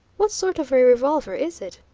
what sort of a revolver is it?